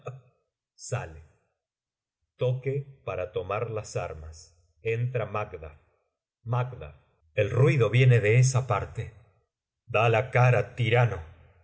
armas manejadas por los que de mujer nacieron sale toque para tomar las armas entra macduff macd el ruido viene de esa parte da la cara tirano